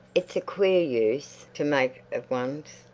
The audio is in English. it's a queer use to make of one's.